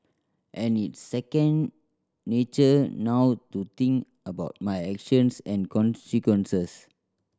and it's second nature now to think about my actions and consequences